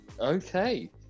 Okay